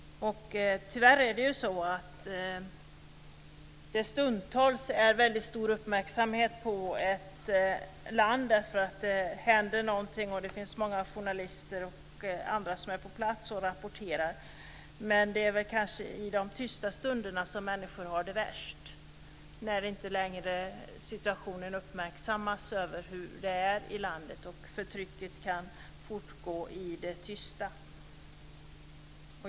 Stundtals är det väldigt stor uppmärksamhet på ett land därför att det händer någonting där. Det finns många journalister och andra på plats som rapporterar. Men det är väl tyvärr i de tysta stunderna som människor har det värst - när situationen i landet inte längre uppmärksammas och förtrycket kan fortgå i det tysta.